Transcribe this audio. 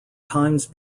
times